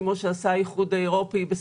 כמו שעשה האיחוד האירופי,